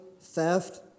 theft